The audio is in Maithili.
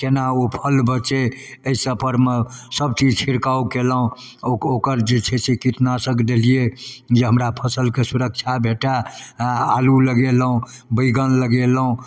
कोना ओ फल बचै एहि सबपरमे सबचीज छिड़काव कएलहुँ ओकर जे छै से कीटनाशक देलिए जे हमरा फसिलके सुरक्षा भेटै आलू लगेलहुँ बैगन लगेलहुँ